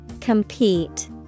Compete